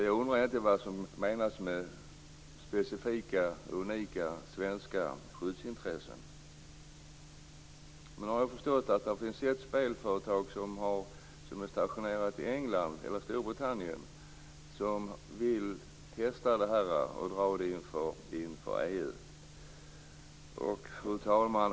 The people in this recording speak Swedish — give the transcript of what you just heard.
Jag undrar lite vad som menas med specifika och unika svenska skyddsintressen. Jag har förstått att ett spelföretag som är stationerat i Storbritannien vill dra det här inför EU.